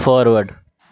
forward